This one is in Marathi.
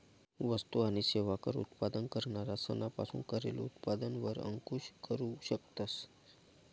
वस्तु आणि सेवा कर उत्पादन करणारा सना पासून करेल उत्पादन वर अंकूश करू शकतस